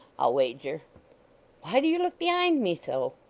i'll wager why do you look behind me so